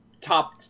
top